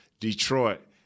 Detroit